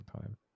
time